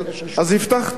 אז הבטחת,